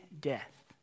death